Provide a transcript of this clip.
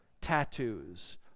tattoos